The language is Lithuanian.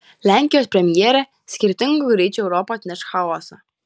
lenkijos premjerė skirtingų greičių europa atneš chaosą